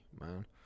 man